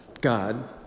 God